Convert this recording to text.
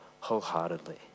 wholeheartedly